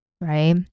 right